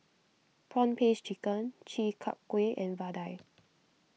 Prawn Paste Chicken Chi Kak Kuih and Vadai